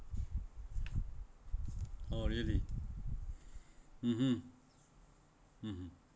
oh really (uh huh) (uh huh)